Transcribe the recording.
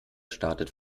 startet